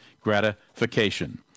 gratification